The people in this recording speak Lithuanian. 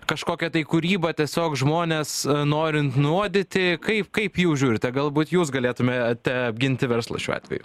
kažkokia tai kūryba tiesiog žmones nori nuodyti kaip kaip jūs žiūrite galbūt jūs galėtumėte apginti verslą šiuo atveju